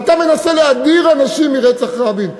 ואתה מנסה להדיר אנשים מהאבל על רצח רבין,